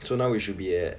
so now we should be at